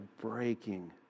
breaking